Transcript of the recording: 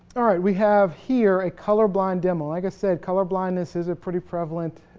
alright, we have here a colorblind demo. like i said color blindness is a pretty prevalent